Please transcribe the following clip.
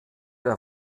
der